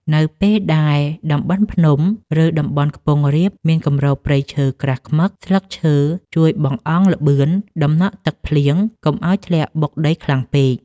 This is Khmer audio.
នៅពេលដែលតំបន់ភ្នំ ឬតំបន់ខ្ពង់រាបមានគម្របព្រៃឈើក្រាស់ឃ្មឹក ស្លឹកឈើជួយបង្អង់ល្បឿនតំណក់ទឹកភ្លៀងកុំឱ្យធ្លាក់បុកដីខ្លាំងពេក។